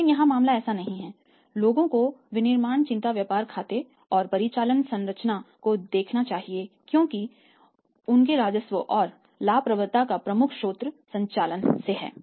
लेकिन यहां मामला ऐसा नहीं है लोगों को विनिर्माण चिंता व्यापार खाते और परिचालन संरचना को देखना चाहिए क्योंकि उनके राजस्व और लाभप्रदता का प्रमुख स्रोत संचालन से है